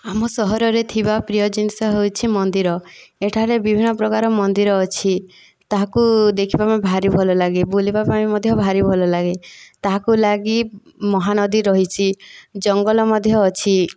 ଆମ ସହରରେ ଥିବା ପ୍ରିୟ ଜିନିଷ ହେଉଛି ମନ୍ଦିର ଏଠାରେ ବିଭିନ୍ନ ପ୍ରକାର ମନ୍ଦିର ଅଛି ତାହାକୁ ଦେଖିବା ପାଇଁ ଭାରି ଭଲ ଲାଗେ ବୁଲିବା ପାଇଁ ମଧ୍ୟ ଭାରି ଭଲ ଲାଗେ ତାହାକୁ ଲାଗି ମହାନଦୀ ରହିଛି ଜଙ୍ଗଲ ମଧ୍ୟ ଅଛି